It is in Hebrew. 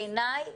בעיניי,